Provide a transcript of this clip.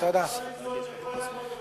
זה טוב גם לאיכות הסביבה.